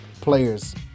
players